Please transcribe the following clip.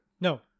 no